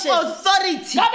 authority